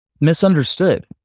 misunderstood